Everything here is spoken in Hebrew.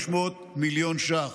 כ-500 מיליון ש"ח.